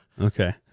Okay